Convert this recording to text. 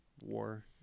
war